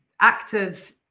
actors